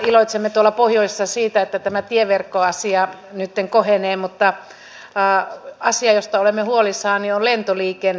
iloitsemme tuolla pohjoisessa siitä että tämä tieverkkoasia nytten kohenee mutta asia josta olemme huolissamme on lentoliikenne